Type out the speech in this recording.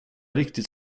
riktigt